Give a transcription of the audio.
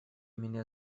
меня